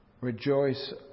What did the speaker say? Rejoice